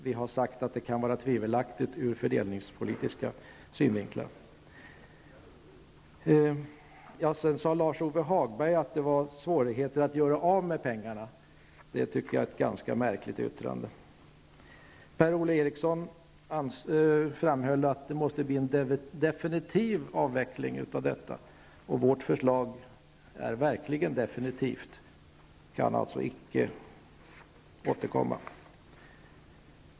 Vi har sagt att det kan vara tvivelaktigt ur fördelningspolitiska synvinklar. Lars-Ove Hagberg sade att det var svårigheter att göra av med pengarna. Det tycker jag är ett ganska märkligt yttrande. Per-Ola Eriksson framhöll att det måste bli en definitiv avveckling. Vårt förslag är verkligen definitivt. Det här kan inte återkomma.